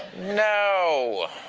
no.